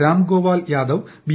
Ram Gopal Yadav B